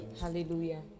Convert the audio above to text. Hallelujah